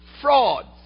frauds